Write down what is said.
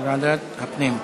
ועדת הפנים.